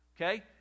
okay